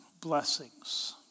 blessings